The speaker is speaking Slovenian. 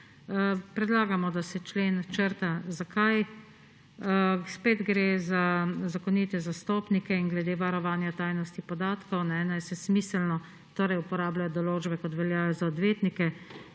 Predlagamo, da se člen črta. Zakaj? Spet gre za zakonite zastopnike in glede varovanja tajnosti podatkov naj se smiselno uporabljajo določbe, kot veljajo za odvetnike.